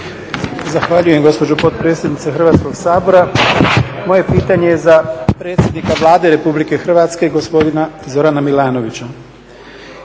Zahvaljujem gospođo potpredsjednice Hrvatskog sabora. Moje pitanje je za predsjednika Vlade Republike Hrvatske gospodina Zorana Milanovića.